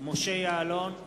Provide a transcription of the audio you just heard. משה יעלון,